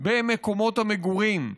במקומות המגורים,